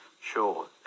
Sure